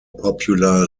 popular